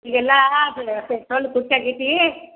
ಈಗೆಲ್ಲ ಪೆಟ್ರೋಲ್ ತುಟ್ಟಿಯಾಗೈತೀ